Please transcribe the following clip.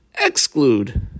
exclude